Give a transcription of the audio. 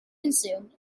consume